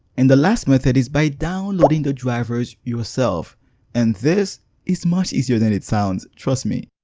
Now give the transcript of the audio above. and the last method is by downloading the drivers yourself and this is much easier than it sounds trust me!